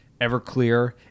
Everclear